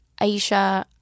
Aisha